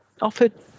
offered